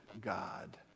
God